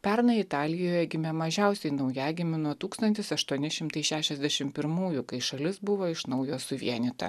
pernai italijoje gimė mažiausiai naujagimių nuo tūkstantis aštuoni šimtai šešiasdešimt pirmųjų kai šalis buvo iš naujo suvienyta